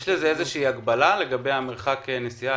יש איזושהי הגבלה לגבי מרחק הנסיעה,